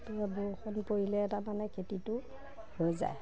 এতিয়া বৰষুণ পৰিলে তাৰমানে খেতিটো হৈ যায়